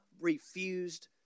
refused